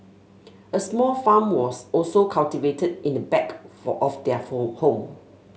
a small farm was also cultivated in the back for of their home